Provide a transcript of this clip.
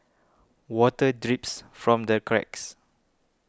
water drips from the cracks